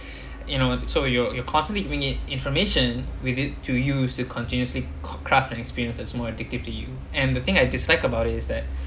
you know so you're you're constantly giving it information with it to used to continuously craft and experience that's more addictive to you and the thing I dislike about it is that